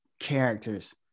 characters